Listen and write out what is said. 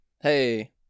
hey